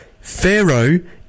Pharaoh